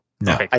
no